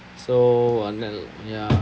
so ya